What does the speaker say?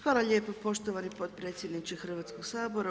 Hvala lijepo poštovani potpredsjedniče Hrvatskog sabora.